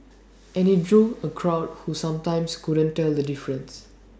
and he drew A crowd who sometimes couldn't tell the difference